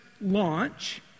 launch